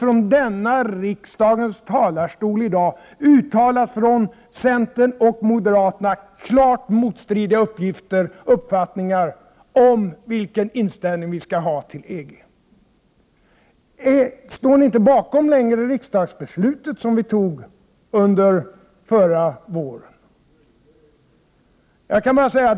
Från riksdagens talarstol har centern och moderaterna i dag uttalat klart motstridiga uppfattningar om vilken inställning vi skall ha till EG. Står ni inte längre bakom riksdagsbeslutet som vi fattade under förra våren?